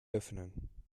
öffnen